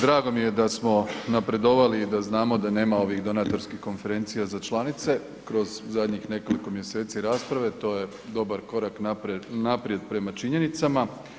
Drago mi je da smo napredovali i da znamo da nema ovih donatorskih konferencija za članice kroz zadnjih nekoliko mjeseci rasprave, to je dobar korak naprijed prema činjenicama.